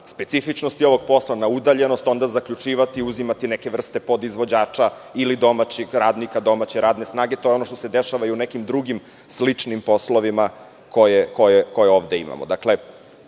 specifičnosti ovog posla, na udaljenost onda zaključivati i uzimati neke vrste podizvođača ili domaćeg radnika, domaće radne snage. To je ono što se dešava i u nekim drugim sličnim poslovima koje ovde imamo. Dakle,